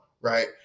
right